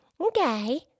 Okay